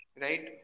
Right